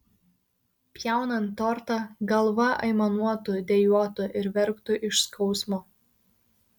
pjaunant tortą galva aimanuotų dejuotų ir verktų iš skausmo